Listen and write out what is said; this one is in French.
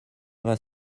vingt